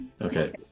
Okay